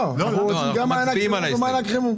לא, אנחנו רוצים גם מענק קירור וגם חימום.